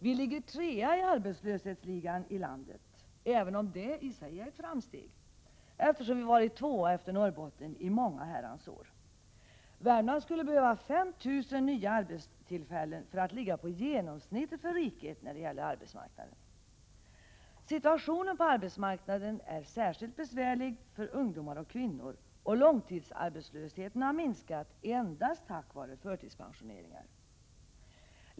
Vi ligger trea i arbetslöshetsligan i landet — även om det i sig är ett framsteg, eftersom vi i många herrans år har varit tvåa efter Norrbotten. Värmland skulle behöva 5 000 nya arbetstillfällen för att ligga på genomsnittet för riket när det gäller arbetsmarknaden. Situationen på arbetsmarknaden är särskilt besvärlig för ungdomar och kvinnor, och långtidsarbetslösheten har minskat endast tack vare förtidspensioneringar.